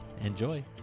enjoy